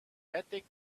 attic